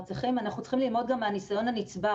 צריכים ללמוד גם מהניסיון הנצבר,